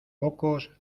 pocos